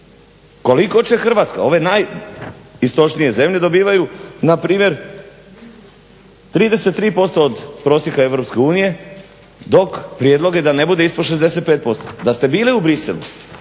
koliko će Hrvatska, ove najistočnije zemlje dobivaju npr. 33% od prosjeka EU dok prijedloge da ne bude ispod 65%. Da ste bili u Bruxellesu